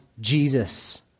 Jesus